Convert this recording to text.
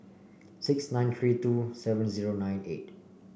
six nine three two seven zero nine eight